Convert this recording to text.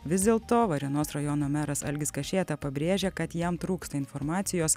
vis dėlto varėnos rajono meras algis kašėta pabrėžia kad jam trūksta informacijos